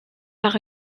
par